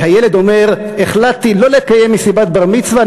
והילד אומר: החלטתי לא לקיים מסיבת בר-מצווה,